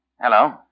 Hello